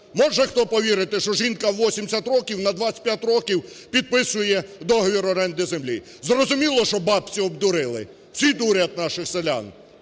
Може хто повірити, що жінка у 80 років на 25 років підписує договір оренди землі? Зрозуміло, що бабцю обдурили, всі дурять наших селян,